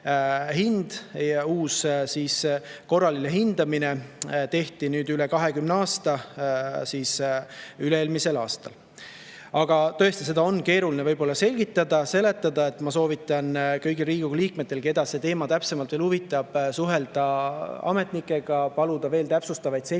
ja uus korraline hindamine tehti üle 20 aasta üle-eelmisel aastal. Aga tõesti, seda on keeruline selgitada. Ma soovitan kõigil Riigikogu liikmetel, keda see teema täpsemalt huvitab, suhelda ametnikega, paluda veel täpsustavaid selgitusi